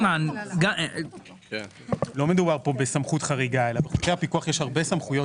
כן בסמכות חריגה אלא בחוקי הפיקוח יש הרבה סמכויות